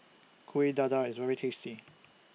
Kuih Dadar IS very tasty